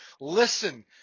Listen